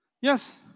Yes